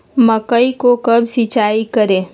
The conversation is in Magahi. मकई को कब सिंचाई करे?